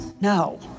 No